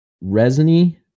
resiny